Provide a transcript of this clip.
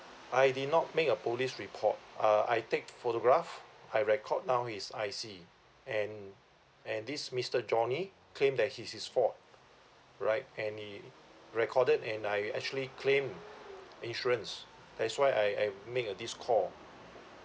I did not make a police report uh I take photograph I record down his I_C and and this mister johnny claim that it's his fault right and he recorded and I actually claim insurance that's why I I make a this call